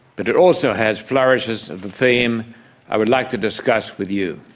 but it also has flourishes of the theme i would like to discuss with you